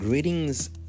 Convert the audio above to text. Greetings